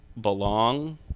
belong